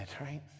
right